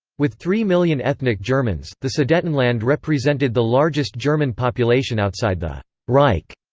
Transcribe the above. with three million ethnic germans, the sudetenland represented the largest german population outside the reich.